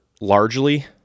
Largely